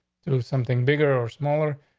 do something bigger or smaller.